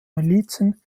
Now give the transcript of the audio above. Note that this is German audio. milizen